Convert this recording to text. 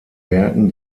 werken